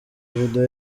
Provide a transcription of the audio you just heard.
video